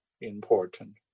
important